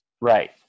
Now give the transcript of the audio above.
Right